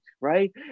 right